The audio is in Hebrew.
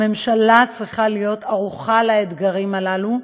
הממשלה צריכה להיות ערוכה לאתגרים הללו,